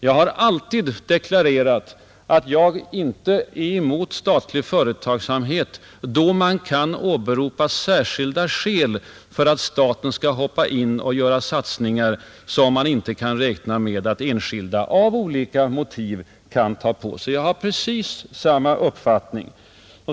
Jag har alltid deklarerat att jag inte är emot statlig företagsamhet i och för sig men att man måste kunna åberopa särskilda skäl för att staten skall hoppa in och göra satsningar, som man inte kan räkna med att enskilda av olika motiv kan ta på sig. Jag har precis samma uppfattning nu.